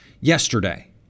yesterday